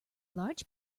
large